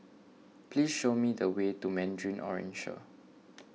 please show me the way to Mandarin Oriental